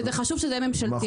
חשוב שזה יהיה ממשלתי.